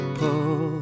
pull